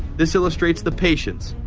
this illustrates the patience,